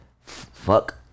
fuck